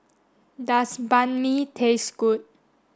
does Banh Mi taste good